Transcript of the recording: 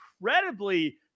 incredibly